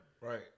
Right